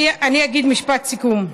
אני אגיד משפט סיכום: